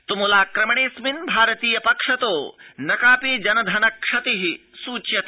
तुमुलाक्रमणेऽस्मिन् भारतीय पक्षतो न कापि जन धन क्षति सूच्यते